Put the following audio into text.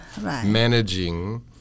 managing